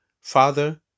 Father